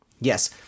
Yes